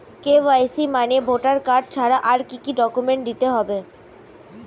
KYC মানে voter card ছাড়া আর কি কি ডকুমেন্ট দিতে হবে?